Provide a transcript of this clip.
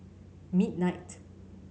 midnight